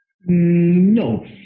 No